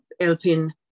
helping